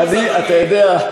אתה יודע,